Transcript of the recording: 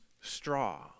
straw